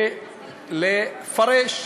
ולפרש.